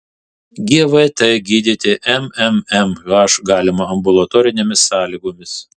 gvt gydyti mmmh galima ambulatorinėmis sąlygomis